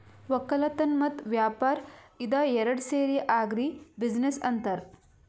ವಕ್ಕಲತನ್ ಮತ್ತ್ ವ್ಯಾಪಾರ್ ಇದ ಏರಡ್ ಸೇರಿ ಆಗ್ರಿ ಬಿಜಿನೆಸ್ ಅಂತಾರ್